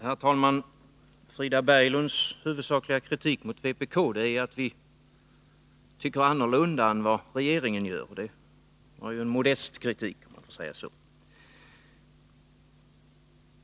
Herr talman! Frida Berglunds huvudsakliga kritik mot vpk är att vi tycker annorlunda än regeringen. Det var ju en modest kritik.